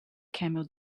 camel